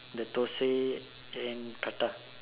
the thosai then prata